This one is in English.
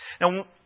Now